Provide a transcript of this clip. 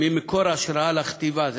ממקור ההשראה לכתיבה.